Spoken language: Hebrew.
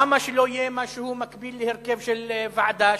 למה שלא יהיה משהו מקביל להרכב של ועדה,